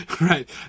right